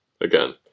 again